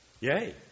Yay